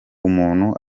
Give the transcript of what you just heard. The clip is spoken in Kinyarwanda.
umuntu